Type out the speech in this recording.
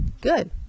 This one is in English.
Good